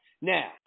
Now